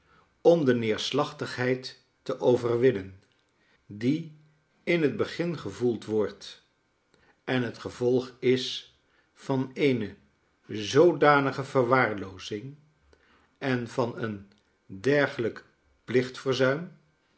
om de neerslachtigheid te overwinnen die in het begin gevoeld wordt en het gevolg is van eene zoodanige verwaarloozing en van een dergelijk plichtverzuim